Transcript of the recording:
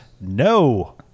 No